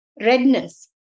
redness